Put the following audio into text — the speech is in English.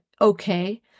okay